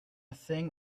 thing